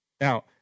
Now